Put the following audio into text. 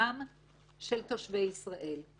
ביטחונם של תושבי ישראל.